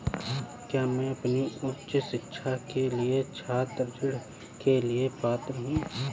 क्या मैं अपनी उच्च शिक्षा के लिए छात्र ऋण के लिए पात्र हूँ?